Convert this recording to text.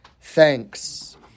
thanks